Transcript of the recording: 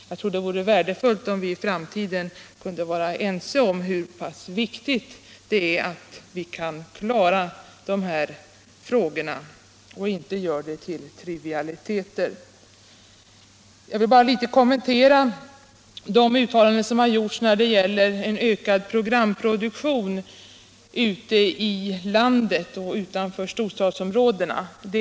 Jag menar att det vore värdefullt om vi i framtiden kunde vara ense om hur viktigt det är att vi kan klara de här frågorna på ett tillfredsställande sätt och att vi inte gör dem till trivialiteter. Jag vill kort kommentera de uttalanden som gjorts när det gäller en ökad programproduktion ute i landet och utanför storstadsområdena.